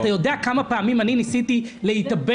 אתה יודע כמה פעמים אני ניסיתי להתאבד?